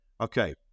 Okay